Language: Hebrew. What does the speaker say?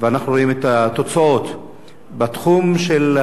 בתחום של הרווחה אין שינוי משמעותי, כבוד השר.